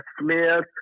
Smith